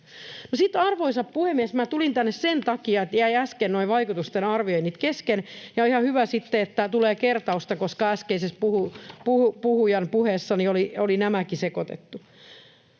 arvoisa puhemies, minä tulin tänne sen takia, että jäivät äsken nuo vaikutusten arvioinnit kesken, ja on ihan hyvä sitten, että tulee kertausta, koska äskeisessä puheessa oli nämäkin sekoitettu.